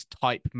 type